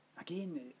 Again